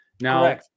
Now